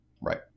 right